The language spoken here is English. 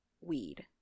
weed